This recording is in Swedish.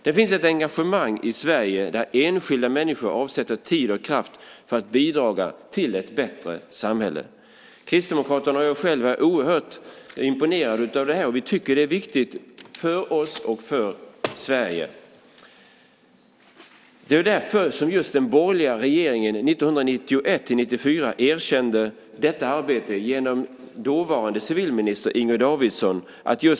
Det finns ett engagemang i Sverige där enskilda människor avsätter tid och kraft för att bidra till ett bättre samhälle. Kristdemokraterna och jag själv är oerhört imponerade av det här. Vi tycker att det är viktigt för oss och för Sverige. Det är därför som just den borgerliga regeringen 1991-1994 erkände detta arbete genom dåvarande civilminister Inger Davidson.